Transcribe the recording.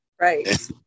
Right